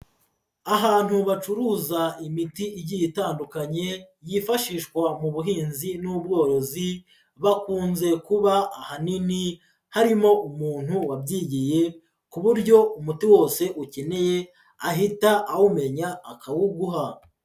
Ahantu bacuruza imiti igiye itandukanye, yifashishwa mu buhinzi n'ubworozi, bakunze kuba ahanini harimo umuntu wabyigiye ku buryo umuti wose ukeneye, ahita awumenya akawuguha.